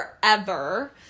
forever